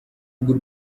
rw’u